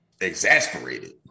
exasperated